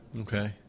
Okay